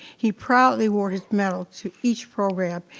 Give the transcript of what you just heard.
he proudly wore his medal to each program.